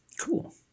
cool